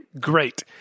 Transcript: Great